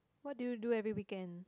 what do you do every weekend